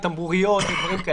טמבוריות וכולי,